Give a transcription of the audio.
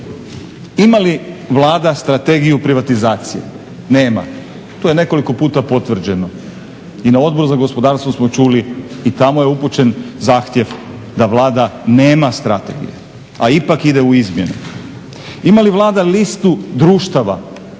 Imali li Vlada strategiju privatizacije? Nema, to je nekoliko puta potvrđeno. I na Odboru za gospodarstvo smo čuli i tamo je upućen zahtjev da Vlada nema strategije a ipak ide u izmjene. Ima li Vlada listu društava